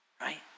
right